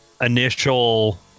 initial